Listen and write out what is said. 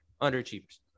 underachievers